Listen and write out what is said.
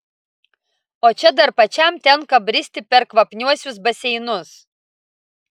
o čia dar pačiam tenka bristi per kvapniuosius baseinus